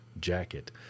jacket